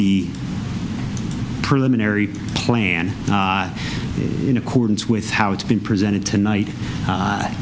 the preliminary plan in accordance with how it's been presented tonight